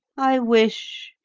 i wish,